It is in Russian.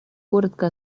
коротко